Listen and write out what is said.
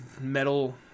metal